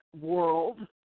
world